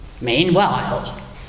Meanwhile